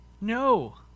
No